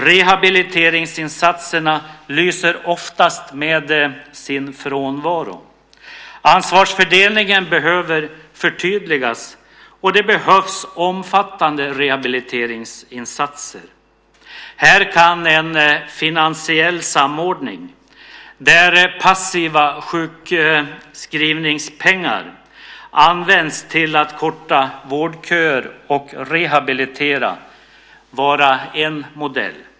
Rehabiliteringsinsatserna lyser oftast med sin frånvaro. Ansvarsfördelningen behöver förtydligas, och det behövs omfattande rehabiliteringsinsatser. Här kan en finansiell samordning där passiva sjukskrivningspengar används till att korta vårdköer och till att rehabilitera vara en modell.